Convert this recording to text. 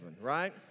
right